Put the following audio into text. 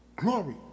Glory